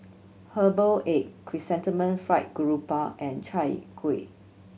herbal egg Chrysanthemum Fried Grouper and Chai Kuih